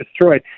destroyed